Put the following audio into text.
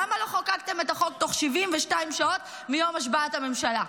למה לא חוקקתם את החוק תוך 72 שעות מיום השבעת הממשלה?